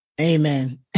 Amen